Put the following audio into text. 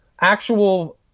actual